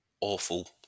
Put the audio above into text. awful